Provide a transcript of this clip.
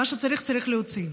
מה שצריך, צריך להוציא.